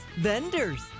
Vendors